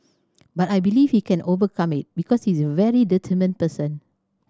but I believe he can overcome it because he is a very determined person